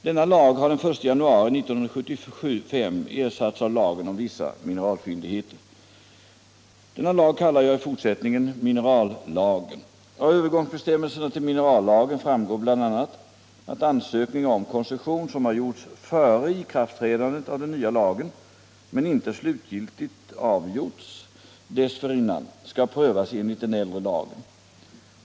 Denna lag har den 1 januari 1975 ersatts av lagen om vissa mineralfyndigheter. Denna lag kallar jag i fortsättningen minerallagen. Av övergångsbestämmelserna till minerallagen framgår bl.a. att ansökningar om koncession som har gjorts före ikraftträdandet av den nya lagen men inte slutligt avgjorts dessförinnan skall prövas enligt den äldre lagen.